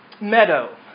meadow